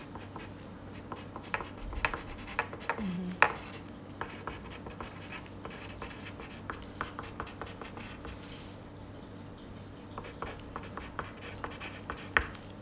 (uh huh)